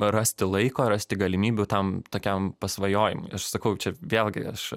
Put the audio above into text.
rasti laiko rasti galimybių tam tokiam pasvajojimui aš sakau čia vėlgi aš